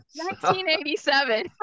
1987